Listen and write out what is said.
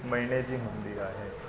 महीने जी हूंदी आहे